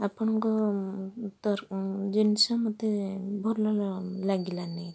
ଆପଣଙ୍କ ଜିନିଷ ମୋତେ ଭଲ ଲାଗିଲାନି